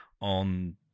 on